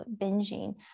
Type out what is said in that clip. binging